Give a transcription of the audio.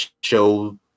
show